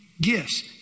gifts